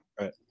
right